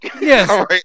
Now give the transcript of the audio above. Yes